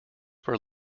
were